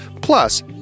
Plus